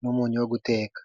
n'umunyu wo guteka.